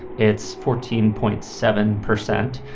it's fourteen point seven percent.